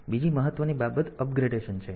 બીજી મહત્વની બાબત અપગ્રેડેશન છે